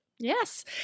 Yes